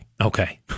Okay